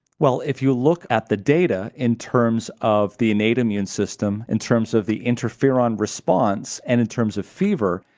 well if you look at the data in terms of the innate immune system, in terms of the interferon response, and in terms of fever,